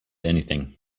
anything